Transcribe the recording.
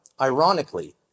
ironically